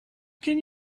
can